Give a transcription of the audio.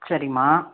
சரிங்மா